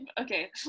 Okay